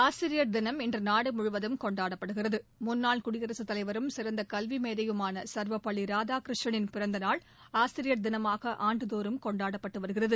ஆசிரியர் தினம் இன்று நாடு முழுவதும் கொண்டாடப்படுகிறது முன்னாள் குடியரகத் தலைவரும் சிறந்த கல்வி மேதையுமான சா்வபள்ளி ராதாகிருஷ்ணனின் பிறந்த நாள் ஆசிரியர் தினமாக ஆண்டுதோறும் கொண்டாடப்பட்டுவருகிறது